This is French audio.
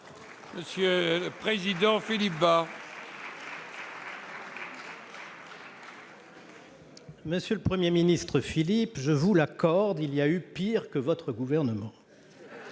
pour la réplique. Monsieur le Premier ministre Philippe, je vous l'accorde : il y a eu pire que votre gouvernement.